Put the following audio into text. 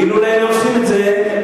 ואילולא עשינו את זה,